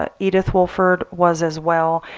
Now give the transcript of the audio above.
ah edith wolford was as well.